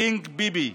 קינג ביבי.